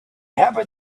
happen